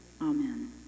amen